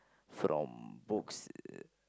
from books uh